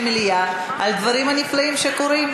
את המליאה על הדברים הנפלאים שקורים,